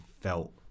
felt